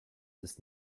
ist